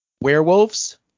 Werewolves